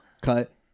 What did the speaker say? cut